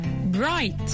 Bright